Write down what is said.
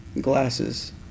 glasses